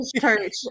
church